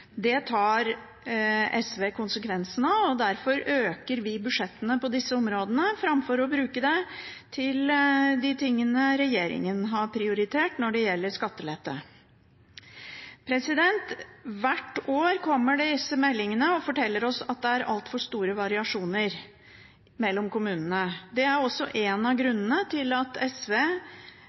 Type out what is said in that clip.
Det tar SV konsekvensen av, og derfor øker vi budsjettene på disse områdene framfor å bruke ressursene på det regjeringen har prioritert, f.eks. skattelette. Hvert år kommer disse meldingene, og de forteller oss at det er altfor store variasjoner mellom kommunene. Det er også en av grunnene til at SV